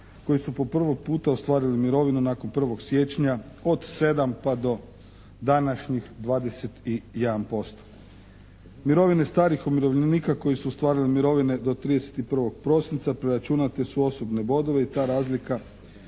koji su po prvi puta ostvarili mirovinu nakon 1. siječnja od 7 pa do današnjih 21%. Mirovine starih umirovljenika koji su ostvarili mirovine do 31. prosinca preračunate su u osobne bodove i ta razlika